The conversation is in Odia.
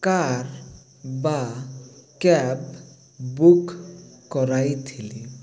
କାର ବା କ୍ୟାବ ବୁକ୍ କରାଇଥିଲି